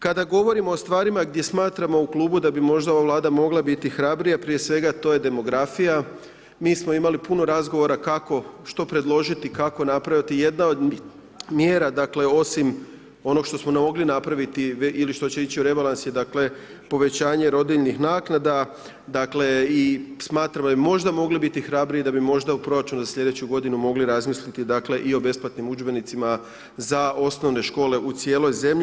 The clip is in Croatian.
Kada govorimo o stvarima, gdje smatramo u klubu, da bi možda ova vlada mogla biti hrabrija, prije svega to je demografija, mi smo imali puno razgovora, kako, što predložiti, kako napraviti jedna od mjera dakle, osim onog što smo mogli napraviti ili što će ići u rebalans, je dakle, povećanje rodiljnih naknada i smatram da bi možda mogli biti hrabriji, da bi možda mogli u proračunu za sljedeću g. mogli razmisliti i o besplatnim udžbenicima za osnovne škole u cijeloj zemlji.